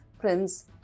Prince